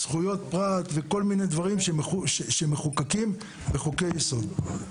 זכויות פרט וכל מיני דברים שמחוקקים בחוקי יסוד.